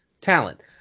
talent